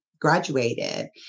graduated